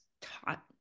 taught